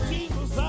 Jesus